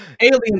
aliens